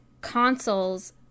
consoles